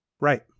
Right